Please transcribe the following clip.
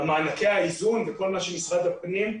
מענקי האיזון וכל מה שמשרד הפנים נותן,